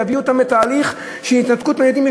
זה יביא אותם לתהליך של התנתקות מהילדים.